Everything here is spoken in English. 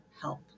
help